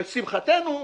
לשמחתנו,